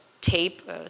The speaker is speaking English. tape